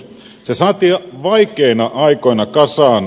se saatiin vaikeina aikoina kasaan